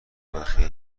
بخیه